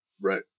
right